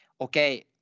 okay